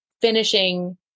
finishing